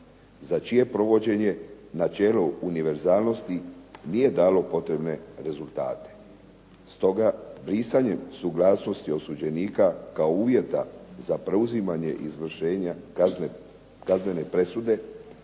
za čije provođenje načelo univerzalnosti nije dalo potrebne rezultate. Stoga brisanjem suglasnosti osuđenika kao uvjeta za preuzimanje izvršenja kaznene presude